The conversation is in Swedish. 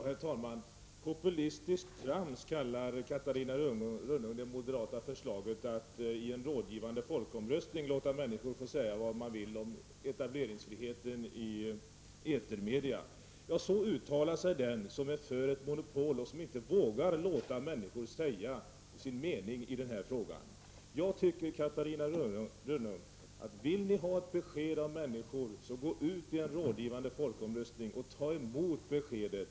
Herr talman! Populistiskt trams kallar Catarina Rönnung det moderata förslaget att i en rådgivande folkomröstning låta människor få säga vad de vill om etableringsfrihet i etermedia. Så uttalar sig den som är för monopolet och inte vågar låta människor säga sin mening i den här frågan. Jag tycker, Catarina Rönnung, att vill ni ha ett besked av människor, gå då ut i en rådgivande folkomröstning och ta emot beskedet.